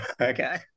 Okay